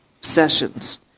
sessions